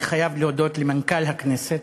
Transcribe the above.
אני חייב להודות למנכ"ל הכנסת,